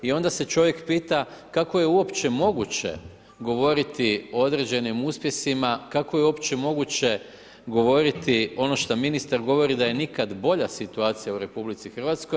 I onda se čovjek pita kako je uopće moguće govoriti o određenim uspjesima, kako je uopće moguće govoriti ono što ministar govori da je nikad bolja situacija u RH.